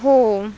हो